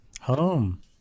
Home